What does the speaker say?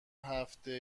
هفته